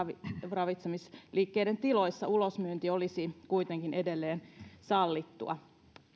ravitsemisliikkeiden tiloissa ulosmyynti olisi kuitenkin edelleen sallittua